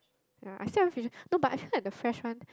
ya I still haven't finished no but I heard had the fresh one